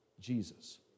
Jesus